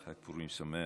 חג פורים שמח.